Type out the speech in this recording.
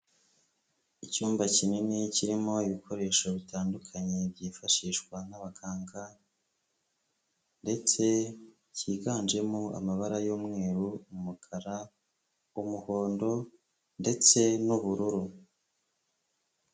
Icyumba kinini kirimo ibikoresho bitandukanye byifashishwa n'abaganga ndetse cyiganjemo amabara y'umweru, umukara, umuhondo ndetse n'ubururu.